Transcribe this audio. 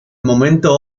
momento